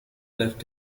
left